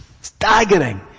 staggering